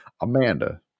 Amanda